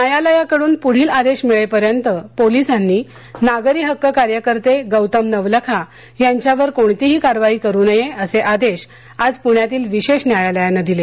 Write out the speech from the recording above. न्यायालयाकडून पुढील आदेश मिळेपर्यंत पोलिसांनी नागरी हक्क कार्यकर्ते गौतम नवलखा यांच्यावर कोणतीही कारवाई करू नये असे आदेश आज प्ण्यातील विशेष न्यायालयाने दिले